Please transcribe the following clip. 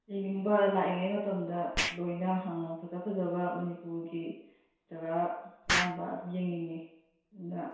ꯌꯦꯡꯅꯤꯡꯕ ꯂꯥꯛꯏꯉꯩ ꯃꯇꯝꯗ ꯂꯣꯏꯅ ꯐꯖ ꯐꯖꯕ ꯃꯅꯤꯄꯨꯔꯒꯤ ꯖꯒꯥ ꯑꯌꯥꯝꯕ ꯑꯗꯨꯝ ꯌꯦꯡꯅꯤꯡꯏ ꯑꯗꯨꯅ